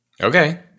Okay